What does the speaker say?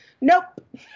Nope